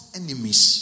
enemies